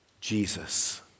Jesus